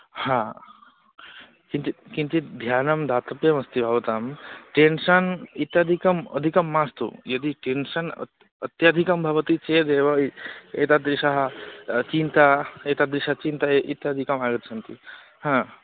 हा किञ्चित् किञ्चित् ध्यानं दातव्यमस्ति भवतः टेन्शन् इत्यादिकम् अधिकं मास्तु यदि टेन्शन् अत् अत्यधिकं भवति चेदेव एतादृशी चिन्ता एतादृशी चिन्ता इत्यादिकम् आगच्छन्ति हा